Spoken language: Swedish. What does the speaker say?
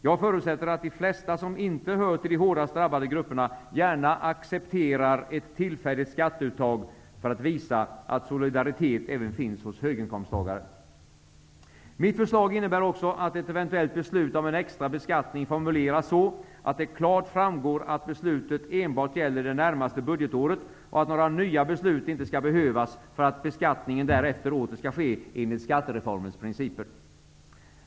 Jag förutsätter att de flesta, som inte hör till de hårdast drabbade grupperna, gärna accepterar ett tillfälligt skatteuttag för att visa att solidaritet även finns hos höginkomsttagare. Mitt förslag innebär också att ett eventuellt beslut om en extra beskattning formuleras så att det klart framgår att beslutet enbart gäller det närmaste budgetåret och att några nya beslut inte skall behövas för att beskattningen därefter åter skall ske enligt skattereformens principer.